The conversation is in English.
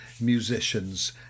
musicians